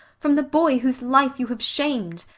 from the boy whose life you have shamed,